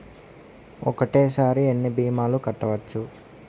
ఒక్కటేసరి ఎన్ని భీమాలు కట్టవచ్చు?